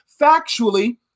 factually